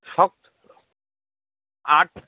shocked earth